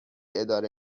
اداره